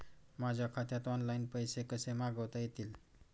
माझ्या खात्यात ऑनलाइन पैसे कसे मागवता येतील?